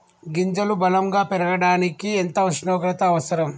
గింజలు బలం గా పెరగడానికి ఎంత ఉష్ణోగ్రత అవసరం?